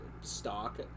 stock